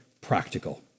practical